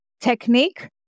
technique